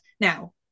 Now